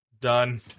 Done